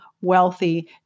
wealthy